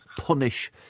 punish